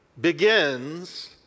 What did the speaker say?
begins